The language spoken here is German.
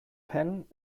penh